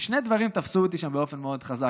שני דברים תפסו אותי שם באופן מאד חזק.